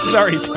Sorry